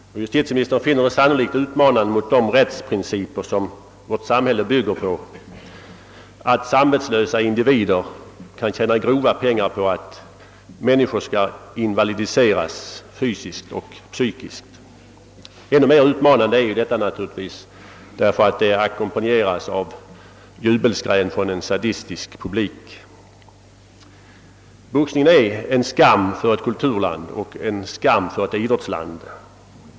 Justitieministern finner det sannolikt utmanande mot de rättsprinciper som vårt samhälle bygger på, att samvetslösa individer kan tjäna grova pengar på att människor invalidiseras psykiskt och fysiskt. Ännu mera utmanande är detta naturligtvis genom att det ackompanjeras av jubelskrän från en sadistisk publik. Boxning är en skam för ett kulturoch idrottsland.